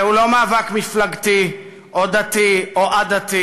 זה לא מאבק מפלגתי או דתי או עדתי,